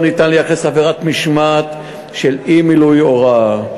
אפשר לייחס עבירת משמעת של אי-מילוי הוראה.